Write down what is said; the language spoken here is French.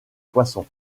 poissons